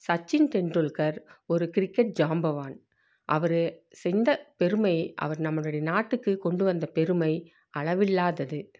சச்சின் டெண்டுல்கர் ஒரு கிரிக்கெட் ஜாம்பவான் அவர் செஞ்ச பெருமை அவர் நம்மளுடைய நாட்டுக்கு கொண்டு வந்த பெருமை அளவில்லாதது